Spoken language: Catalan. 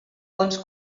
bons